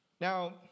Now